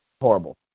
horrible